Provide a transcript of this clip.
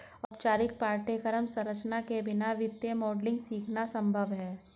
औपचारिक पाठ्यक्रम संरचना के बिना वित्तीय मॉडलिंग सीखना संभव हैं